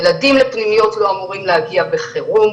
ילדים לפנימיות לא אמורים להגיע בחירום,